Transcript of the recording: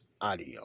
audio